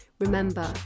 remember